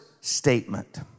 statement